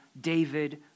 David